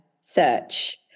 search